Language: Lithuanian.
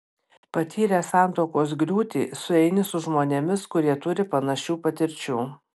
patyręs santuokos griūtį sueini su žmonėmis kurie turi panašių patirčių